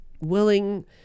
willing